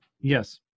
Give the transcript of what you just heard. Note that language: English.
Yes